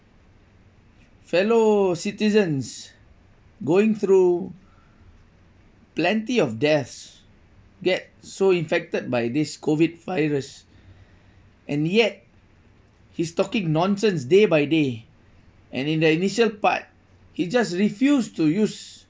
fellow citizens going through plenty of deaths get so infected by this COVID virus and yet he's talking nonsense day by day and in the initial part he just refused to use